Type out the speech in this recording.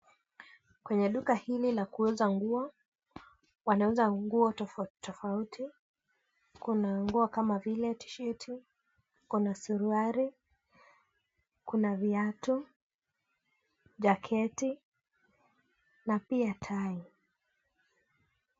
Kwenye duka hili la kuuza nguo, wanauza nguo tofauti tofauti. Kuna nguo kama vile T-shirt ,kuna suruali, kuna viatu, jaketi, na pia tai.